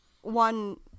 one